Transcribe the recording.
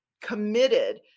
committed